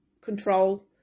control